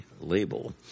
label